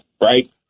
right